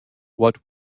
what